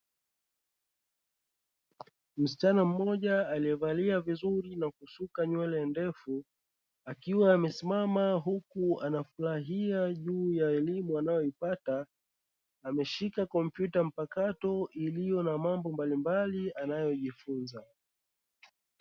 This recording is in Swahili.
Msichana mmoja aliyevalia vizuri na kusuka nywele ndefu akiwa amesimama, huku anafurahia juu ya elimu anayoipata, ameshika kompyuta mpakato iliyo na mambo mbalimbali anayojifunza.